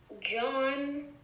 john